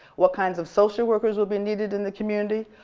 what kinds of social workers will be needed in the community,